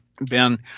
Ben